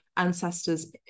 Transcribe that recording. ancestors